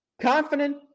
confident